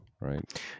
right